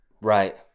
Right